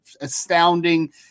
astounding